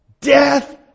Death